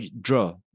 draw